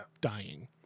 dying